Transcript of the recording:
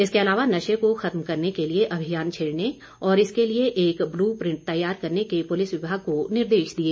इसके अलावा नशे को खत्म करने के लिए अभियान छेड़ने और इसके लिए एक ब्लू प्रिंट तैयार करने के पुलिस विभाग को निर्देश दिए